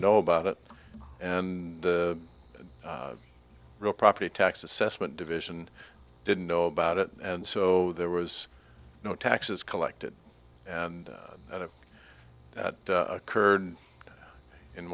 know about it and the real property tax assessment division didn't know about it and so there was no taxes collected and and of that occurred in